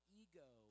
ego